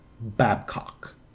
Babcock